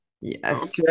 Yes